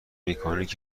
مکانیک